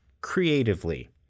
creatively